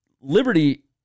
Liberty